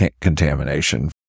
contamination